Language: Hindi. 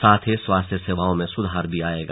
साथ ही स्वास्थ्य सेवाओं में सुधार आयेगा